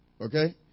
Okay